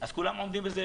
אז כולם עומדים בזה,